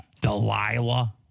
Delilah